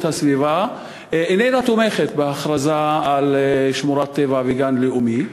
הסביבה איננה תומכת בהכרזה על שמורת טבע וגן לאומי,